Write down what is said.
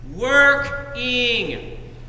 working